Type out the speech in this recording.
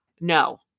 No